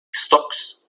stocks